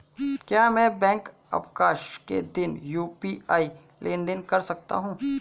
क्या मैं बैंक अवकाश के दिन यू.पी.आई लेनदेन कर सकता हूँ?